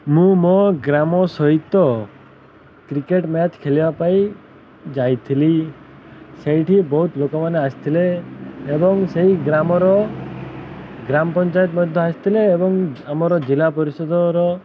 ମୁଁ ମୋ ଗ୍ରାମ ସହିତ କ୍ରିକେଟ ମ୍ୟାଚ୍ ଖେଳିବା ପାଇଁ ଯାଇଥିଲି ସେଇଠି ବହୁତ ଲୋକମାନେ ଆସିଥିଲେ ଏବଂ ସେଇ ଗ୍ରାମର ଗ୍ରାମ ପଞ୍ଚାୟତ ମଧ୍ୟ ଆସିଥିଲେ ଏବଂ ଆମର ଜିଲ୍ଲା ପରିଷଦର